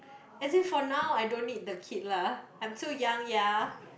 as in for now I don't need the kid lah I'm so young ya